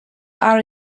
are